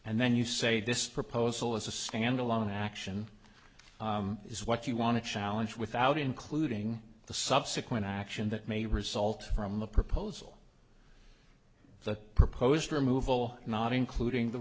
and then you say this proposal as a standalone action is what you want to challenge without including the subsequent action that may result from the proposal that proposed removal not including the